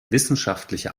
wissenschaftliche